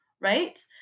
right